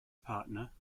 partner